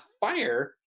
fire